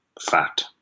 fat